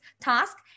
task